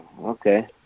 okay